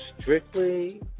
strictly